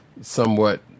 somewhat